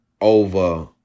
over